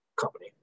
company